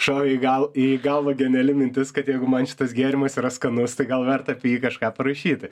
šovė į gal į galvą geniali mintis kad jeigu man šitas gėrimas yra skanus tai gal verta apie jį kažką parašyti